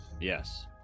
Yes